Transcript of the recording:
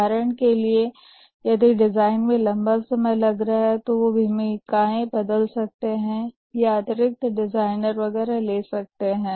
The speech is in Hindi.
उदाहरण के लिए कि डिज़ाइन में लंबा समय लग रहा है तो भूमिकाएँ बदल सकते हैं या अतिरिक्त डिज़ाइनर वगैरह ले सकते हैं